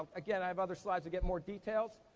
again, i have other slides that get more details.